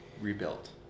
rebuilt